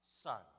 son